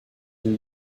une